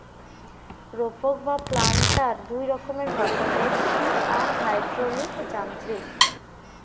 রোপক বা প্ল্যান্টার দুই রকমের হয়, ইলেকট্রিক আর হাইড্রলিক যান্ত্রিক